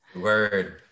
word